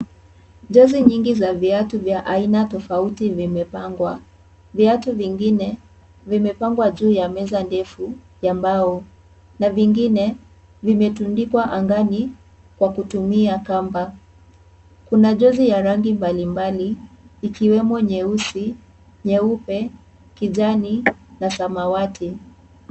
Jozi nyingi za viatu aina tofauti vimepangwa viatu vingine vimepangwa juu ya meza ndefu ya mbao na vingine vimetundikwa angani kwa kutumia kamba kuna jozi ya rangi mbalimbali ikiwemo nyeusi, nyeupe, kijani na samawati.